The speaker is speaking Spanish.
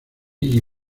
iggy